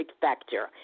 factor